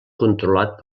controlat